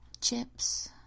chips